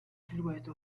silhouette